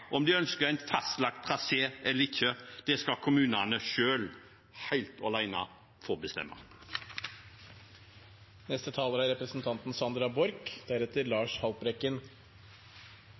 om de ønsker en fastlagt trasé eller ikke, skal kommunene selv, helt alene, få bestemme.